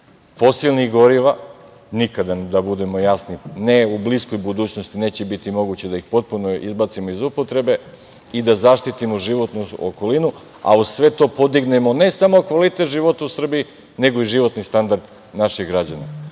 fosilnih goriva. Nikada, da budemo jasni, ne u bliskoj budućnosti, neće biti moguće da ih potpuno izbacimo iz upotrebe i da zaštitimo životnu okolinu, a uz sve to podignemo ne samo kvalitet života u Srbiji, nego i životni standard naših građana.